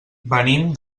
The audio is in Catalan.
venim